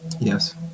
yes